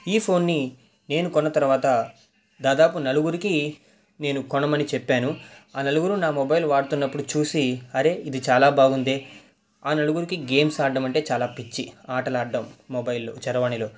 ఈ ఫోన్ని నేను కొన్న తర్వాత దాదాపు నలుగురికి నేను కొనమని చెప్పాను ఆ నలుగురు నా మొబైల్ వాడుతున్నప్పుడు చూసి అరే ఇది చాలా బాగుందే ఆ నలుగురికి గేమ్స్ ఆడడం అంటే చాలా పిచ్చి ఆటలు ఆడడం మొబైల్ల్లో చరవాణిలో సో